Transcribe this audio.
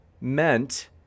meant